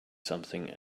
something